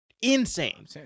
insane